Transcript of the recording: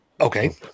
okay